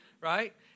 right